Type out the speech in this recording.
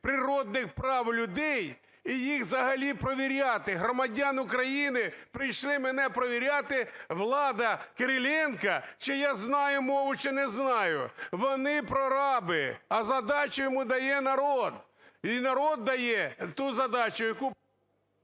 природних прав людей і їх взагалі провіряти, громадян України, прийшли мене провіряти влада Кириленка, чи я знаю мову, чи не знаю. Вони прораби, а задачу йому дає народ, і народ дає ту задачу, яку…